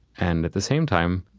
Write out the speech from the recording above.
and at the same time,